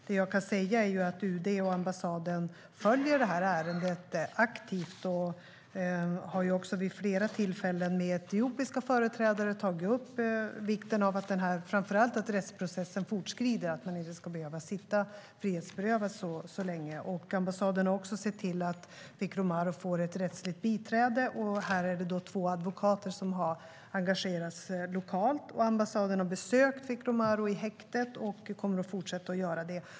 Det jag kan säga är att UD och ambassaden aktivt följer ärendet och har vid flera tillfällen med etiopiska företrädare också tagit upp vikten av att rättsprocessen fortskrider så att han inte ska behöva sitta frihetsberövad så länge. Ambassaden har också sett till att Fikru Maru får ett rättsligt biträde. Det är två advokater som har engagerats lokalt. Ambassaden har besökt Fikru Maru i häktet och kommer att fortsätta göra det.